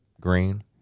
green